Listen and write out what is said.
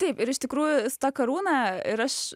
taip ir iš tikrųjų tą karūną ir aš